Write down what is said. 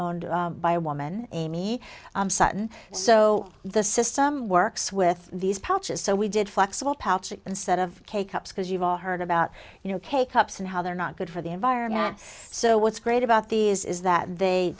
owned by a woman amy sutton so the system works with these patches so we did flexible instead of cake up because you've all heard about you know k cups and how they're not good for the environment so what's great about these is that they